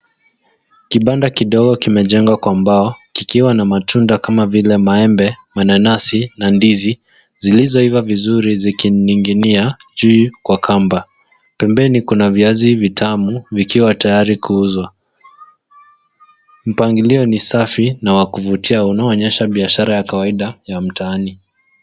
Kibanda kidogo kimejengwa kwa mbao kikiwa na matunda kama vile maembe, mananasi na ndizi zilizoiva vizuri zikining'inia juu kwa kamba. Pembeni Kuna viazi vitamu vikiwa tayari kuuzwa. Mpangilio ni safi na wa kuvutia unaoonyesha biashara ya kawaida ya mtaani.